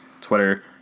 Twitter